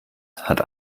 hat